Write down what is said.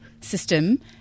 system